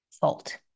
fault